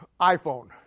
iPhone